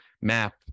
map